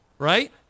right